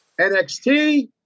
NXT